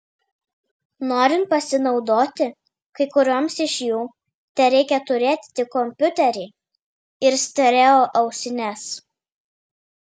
norint pasinaudoti kai kurioms iš jų tereikia turėti tik kompiuterį ir stereo ausines